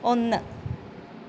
ഒന്ന്